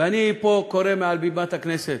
ואני קורא פה, מעל בימת הכנסת,